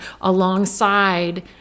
alongside